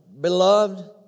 beloved